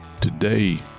today